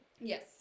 Yes